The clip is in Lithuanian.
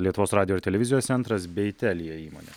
lietuvos radijo ir televizijos centras bei telija įmonė